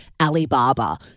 Alibaba